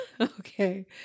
Okay